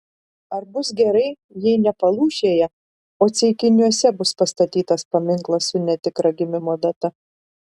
ar bus gerai jei ne palūšėje o ceikiniuose bus pastatytas paminklas su netikra gimimo data